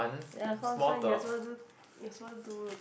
ya cause one you are supposed to do you are supposed to do